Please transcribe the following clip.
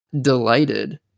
delighted